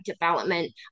development